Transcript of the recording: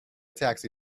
taxi